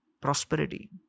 prosperity